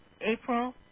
April